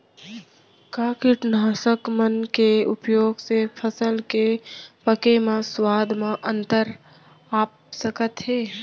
का कीटनाशक मन के उपयोग से फसल के पके म स्वाद म अंतर आप सकत हे?